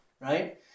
right